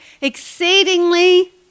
exceedingly